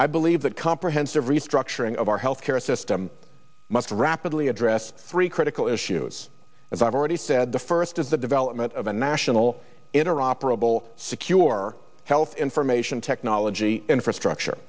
i believe that comprehensive restructuring of our health care system must rapidly address three critical issues as i've already said the first is the development of a national interoperable secure health information technology infrastructure